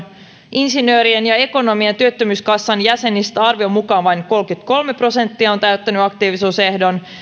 insinöörien ja ekonomien työttömyyskassan jäsenistä arvion mukaan vain kolmekymmentäkolme prosenttia on täyttänyt aktiivisuusehdon